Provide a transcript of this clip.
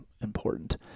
important